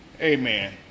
Amen